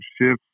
shifts